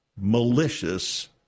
malicious